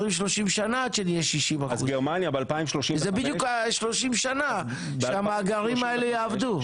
30 שנה עד שנהיה 60%. זה בדיוק ה-30 שנה שהמאגרים האלה יעבדו.